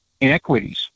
inequities